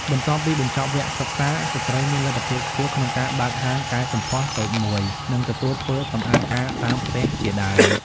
បន្ទាប់ពីបញ្ចប់វគ្គសិក្សា ស្ត្រីមានលទ្ធភាពខ្ពស់ក្នុងការបើកហាងកែសម្ផស្សតូចមួយ និងទទួលធ្វើសម្អាងការតាមផ្ទះជាដើម។